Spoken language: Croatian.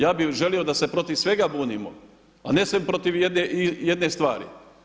Ja bih želio da se protiv svega bunimo a ne samo protiv jedne stvari.